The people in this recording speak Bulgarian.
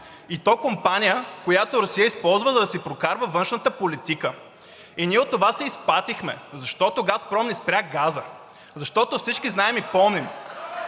и то компания, която Русия използва, за да си прокарва външната политика. И ние от това си изпатихме, защото „Газпром“ ни спря газа. (Ръкопляскания